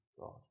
God